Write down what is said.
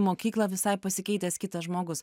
mokyklą visai pasikeitęs kitas žmogus